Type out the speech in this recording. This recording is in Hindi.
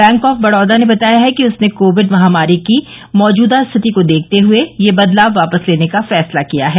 बैंक आफ बड़ौदा ने बताया है कि उसने कोविड महामारी की मौजूदा स्थिति को देखते हुए ये बदलाव वापस लेने का फैसला किया है